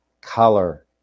color